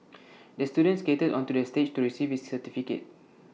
the student skated onto the stage to receive his certificate